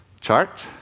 chart